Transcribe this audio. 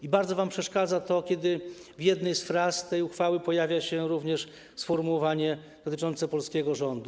I bardzo wam przeszkadza, kiedy w jednej z fraz tej uchwały pojawia się również sformułowanie dotyczące polskiego rządu.